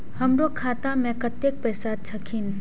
हमरो खाता में कतेक पैसा छकीन?